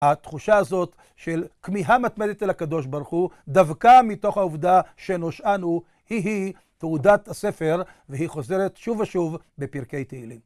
התחושה הזאת, של כמיהה מתמדת אל הקדוש ברוך הוא, דווקא מתוך העובדה שנושענו, היא היא תעודת הספר והיא חוזרת שוב ושוב בפרקי תהילים.